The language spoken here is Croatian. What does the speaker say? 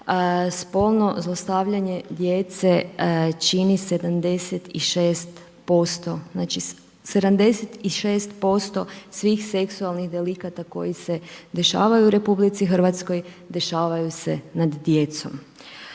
spolno zlostavljanje djece, čini 76%, znači 76% svih seksualnih delikata koji se dešavaju u RH, dešavaju se nad djecom.